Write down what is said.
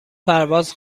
پرواز